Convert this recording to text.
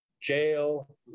jail